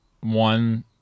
one